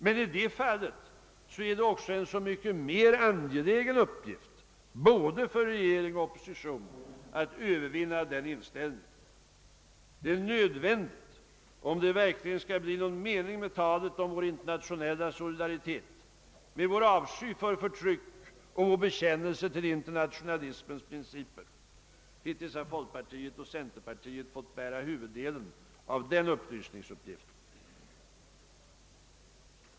Men om så är fallet är det också en så mycket mer angelägen uppgift både för regering och opposition att övervinna denna inställning. Det är nödvändigt, om det verkligen skall bli någon mening med talet om vår internationella solidaritet, vår avsky för förtryck och vår bekännelse till internationalismens principer. Hittills har folkpartiet och centerpartiet fått bära huvuddelen av den upplysningsuppgiften.